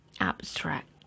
abstract